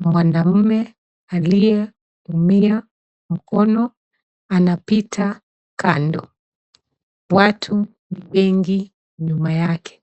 Mwanaume aliyeumia mkono anapita kando. Watu wengi nyuma yake.